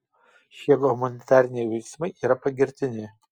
šie humanitariniai veiksmai yra pagirtini